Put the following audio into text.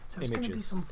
images